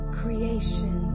creation